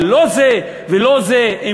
אבל לא זה ולא זה.